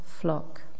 flock